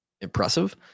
impressive